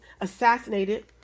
assassinated